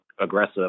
aggressive